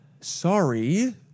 Sorry